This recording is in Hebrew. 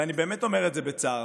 ואני באמת אומר את זה בצער,